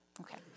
Okay